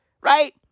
Right